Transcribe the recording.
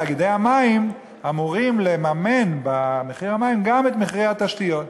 תאגידי המים אמורים לממן במחיר המים גם את מחיר התשתיות.